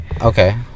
Okay